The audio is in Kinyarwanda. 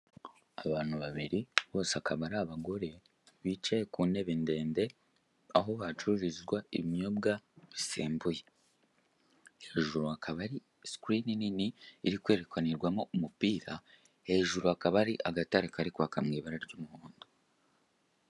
Abantu babiri bose akaba ari abagore bicaye ku ntebe ndende, aho hacururizwa ibinyobwa bisembuye, hejuru hakaba ari sikirini nini iri kwerekanirwamo umupira, hejuru hakaba hari agatara kari kwaka mu ibara ry'umuhondo.